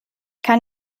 kann